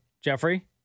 Jeffrey